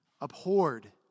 abhorred